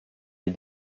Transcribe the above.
les